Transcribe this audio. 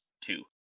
two